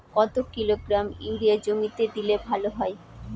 কত kilogram urea জমিতে দিলে ভালো হয়?